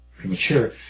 premature